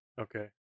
Okay